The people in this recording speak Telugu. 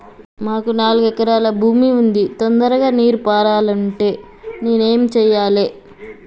మాకు నాలుగు ఎకరాల భూమి ఉంది, తొందరగా నీరు పారాలంటే నేను ఏం చెయ్యాలే?